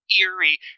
eerie